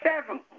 seven